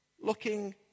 looking